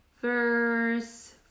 verse